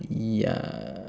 ya